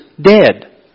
dead